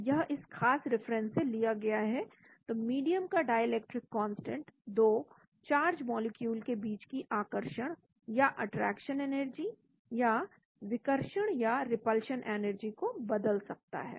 तो यह इस खास रिफरेंस से लिया गया है तो मीडियम का डाई इलेक्ट्रिक कांस्टेंट दो चार्ज मॉलिक्यूल के बीच की आकर्षण या अट्रैक्शन एनर्जी या विकर्षण या रिपल्शन एनर्जी को बदल सकता है